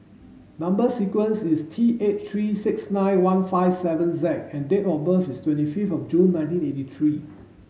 number sequence is T eight three six nine one five seven Z and date of birth is twenty fifth of June nineteen eighty three